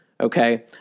Okay